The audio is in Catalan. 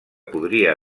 podria